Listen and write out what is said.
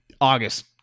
August